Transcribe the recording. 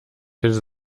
hätte